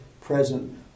present